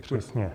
Přesně.